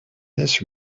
this